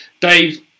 Dave